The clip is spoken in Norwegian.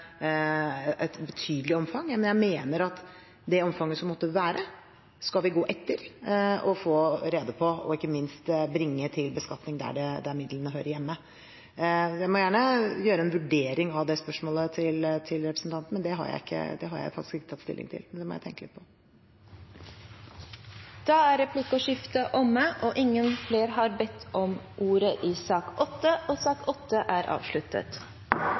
et betydelig omfang, men jeg mener at det omfanget som måtte være, skal vi gå etter og få rede på, og ikke minst bringe midlene til beskatning der de hører hjemme. Man kan gjerne gjøre en vurdering av spørsmålet til representanten – men det har jeg faktisk ikke tatt stilling til, det må jeg tenke litt på. Replikkordskiftet er omme. Flere har ikke bedt om ordet til sak